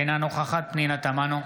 אינה נוכחת פנינה תמנו,